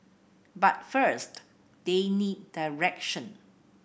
but first they need direction